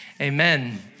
amen